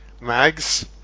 Mags